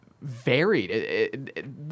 varied